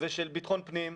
ושל ביטחון פנים,